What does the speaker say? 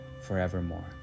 forevermore